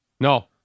No